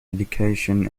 education